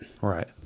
Right